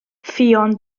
ffion